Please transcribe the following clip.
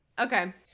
okay